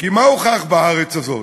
כי מה הוכח בארץ הזאת?